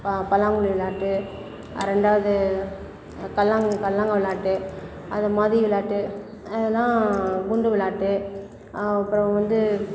பல்லாங்குழி விளாட்டு ரெண்டாவது கல்லாங்கா கல்லாங்காய் விளாட்டு அது மாதிரி விளாட்டு அதெல்லாம் குண்டு விளாட்டு அப்புறம் வந்து